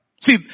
See